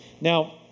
Now